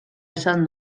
esan